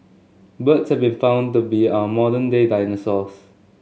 birds have been found to be our modern day dinosaurs